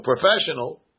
professional